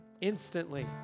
instantly